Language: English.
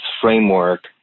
framework